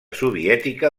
soviètica